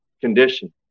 condition